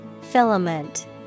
Filament